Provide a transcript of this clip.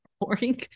boring